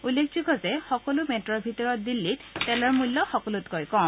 উল্লেখযোগ্য যে সকলো মেট্ৰৰ ভিতৰত দিল্লীত তেলৰ মূল্য সকলোতকৈ কম